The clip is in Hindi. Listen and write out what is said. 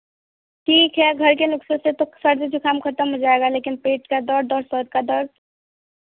ठीक है घर के नुक्सों से तो सर्दी जुखाम ख़त्म हो जाएगा लेकिन पेट का दर्द और सर का दर्द